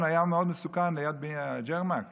אני לא מאמין שבז' באדר זה קרה.